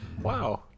wow